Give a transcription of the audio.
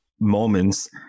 moments